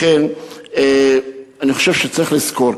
לכן אני חושב שצריך לזכור,